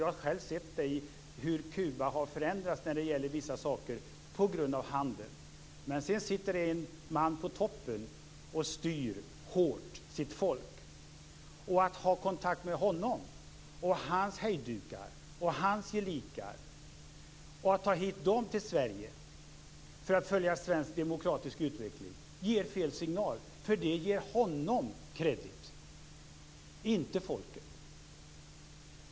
Jag har själv sett hur Kuba har förändrats i vissa avseenden på grund av handel. Men det sitter i toppen en man som hårt styr sitt folk. Att ha kontakt med honom och med hans hejdukar och gelikar och att ta dessa hit till Sverige för att följa svensk demokratisk utveckling ger fel signal. Det ger honom, inte folket, credit.